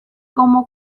como